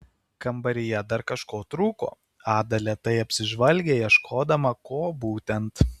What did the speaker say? kambaryje dar kažko trūko ada lėtai apsižvalgė ieškodama ko būtent